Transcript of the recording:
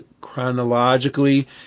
chronologically